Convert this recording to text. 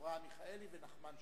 אברהם מיכאלי ונחמן שי.